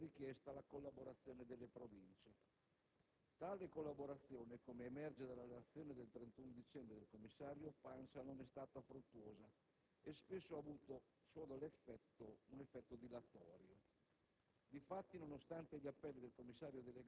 Per l'individuazione dei siti fu espressamente richiesta la collaborazione delle Province. Tale collaborazione, come emerge dalla relazione del commissario Pansa del 31 dicembre, non è stata fruttuosa e spesso ha avuto solo un effetto dilatorio.